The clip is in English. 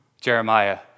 Jeremiah